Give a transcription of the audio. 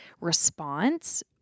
response